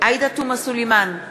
עאידה תומא סלימאן,